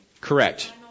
correct